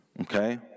okay